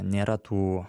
nėra tų